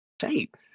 shape